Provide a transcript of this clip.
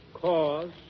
cause